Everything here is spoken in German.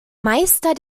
meister